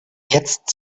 jetzt